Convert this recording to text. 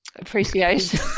appreciation